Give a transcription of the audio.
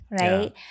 right